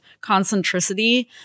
concentricity